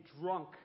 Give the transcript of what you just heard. drunk